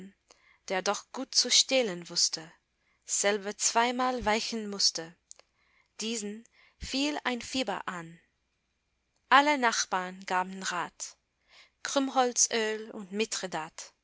der doch gut zu stehlen wußte selber zweimal weichen mußte diesen fiel ein fieber an alle nachbarn gaben rat krummholzöl und mithridat